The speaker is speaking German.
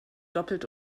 doppelt